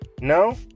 No